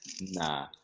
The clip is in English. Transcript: Nah